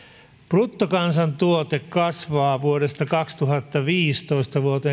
bruttokansantuote kasvaa vuodesta kaksituhattaviisitoista vuoden